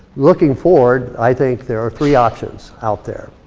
looking forward, i think there are three options out there.